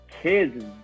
kids